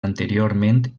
anteriorment